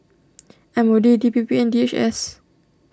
M O D D P P and D H S